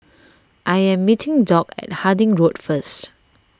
I am meeting Dock at Harding Road first